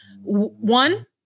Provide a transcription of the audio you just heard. one